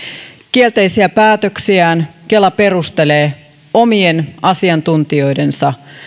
kielteisiä päätöksiään kela perustelee omien asiantuntijoidensa